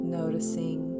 noticing